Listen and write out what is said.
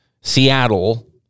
Seattle